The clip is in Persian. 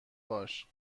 باش